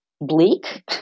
bleak